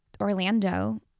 Orlando